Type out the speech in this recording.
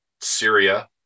syria